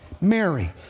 Mary